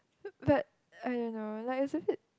but I don't know like it's a bit